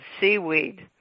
seaweed